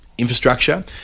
infrastructure